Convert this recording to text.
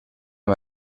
amb